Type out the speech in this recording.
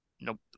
Nope